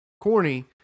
corny